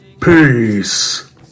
Peace